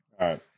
right